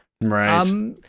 Right